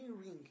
ring